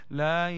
la